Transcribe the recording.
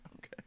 Okay